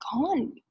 gone